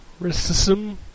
racism